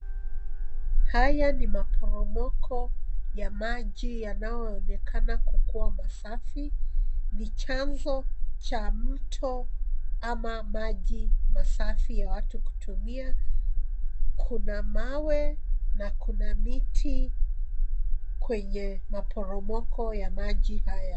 Haya ni maporomoko ya maji yanayoonekana kukuwa masafi. Ni chanzo cha mto ama maji masafi ya watu kutumia. Kuna mawe na kuna miti kwenye maporomoko ya maji haya.